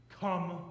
come